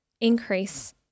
increase